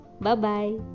bye-bye